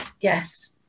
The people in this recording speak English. yes